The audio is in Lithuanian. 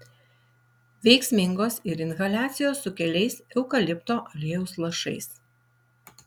veiksmingos ir inhaliacijos su keliais eukalipto aliejaus lašais